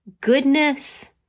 goodness